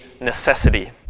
necessity